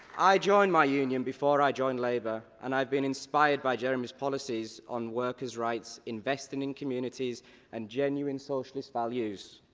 i joined my union before i joined labour. and i have been inspired by jeremy's policies on workers' rights investing in communities and genuine socialist values.